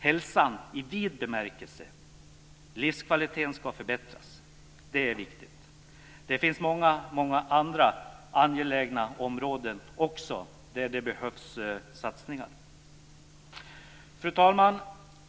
Hälsan i vid bemärkelse, livskvaliteten, ska förbättras. Det är viktigt. Det finns också många andra angelägna områden där det behövs satsningar. Fru talman!